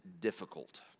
difficult